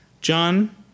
John